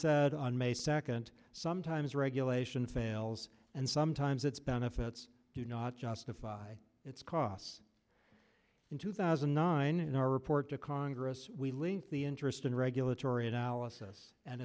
said on may second sometimes regulation fails and sometimes its benefits do not justify its costs in two thousand and nine in our report to congress we link the interest in regulatory and alice and